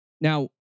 now